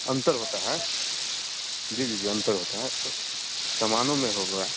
अंतर होता है जी जी जी अंतर होता है तो सामानों में होगा